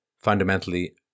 fundamentally